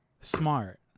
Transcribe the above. smart